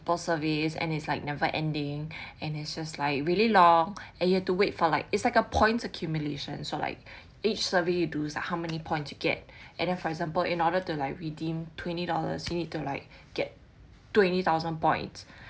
multiple surveys and it's like never ending and it's just like really long and you have to wait for like it's like a points accumulation so like each survey you do is like how many point you get and that for example in order to like redeem twenty dollars you need to like get twenty thousand points